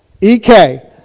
Ek